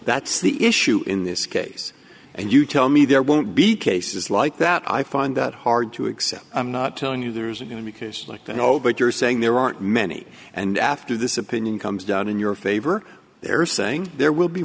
that's the issue in this case and you tell me there won't be cases like that i find that hard to accept i'm not telling you there's going to be cases like that no but you're saying there aren't many and after this opinion comes down in your favor they're saying there will be